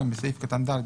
(2)בסעיף קטן (ד),